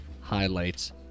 highlights